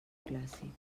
clàssic